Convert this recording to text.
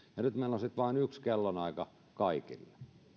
ja nyt meillä on sitten lyöty vain yksi kellonaika kaikille